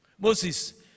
Moses